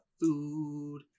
food